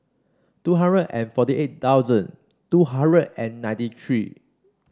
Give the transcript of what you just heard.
two hundred and forty eight thousand two hundred and ninety three